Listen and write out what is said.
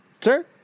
Sir